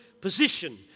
position